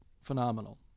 phenomenal